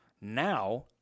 now